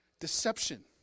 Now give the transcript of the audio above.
deception